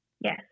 Yes